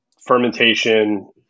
fermentation